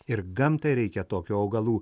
ir gamtai reikia tokių augalų